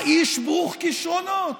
האיש ברוך כישרונות.